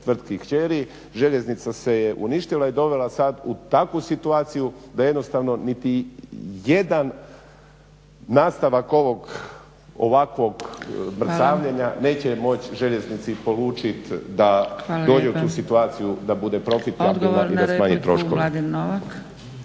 tvrtki kćeri, željeznica se je uništila i dovela sada u takvu situaciju da jednostavno niti jedan nastavak ovog ovakvog … neće moći željeznici poručit da dođe u tu situaciju da bude protiv … i da smanji troškove.